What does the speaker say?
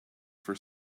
for